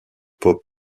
pop